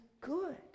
good